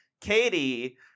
Katie